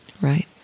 Right